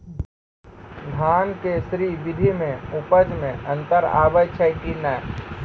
धान के स्री विधि मे उपज मे अन्तर आबै छै कि नैय?